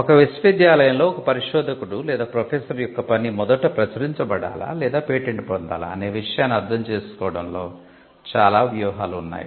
ఒక విశ్వవిద్యాలయంలో ఒక పరిశోధకుడు లేదా ప్రొఫెసర్ యొక్క పని మొదట ప్రచురించబడాలా లేదా పేటెంట్ పొందాలా అనే విషయాన్ని అర్థం చేసుకోవడంలో చాలా వ్యూహాలు ఉన్నాయి